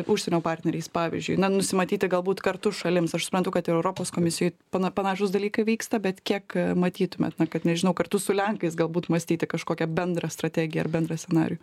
užsienio partneriais pavyzdžiui na nusimatyti galbūt kartu šalims aš suprantu kad ir europos komisijoj pana panašūs dalykai vyksta bet kiek matytumėt na kad nežinau kartu su lenkais galbūt mąstyti kažkokią bendrą strategiją ar bendrą scenarijų